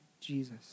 Jesus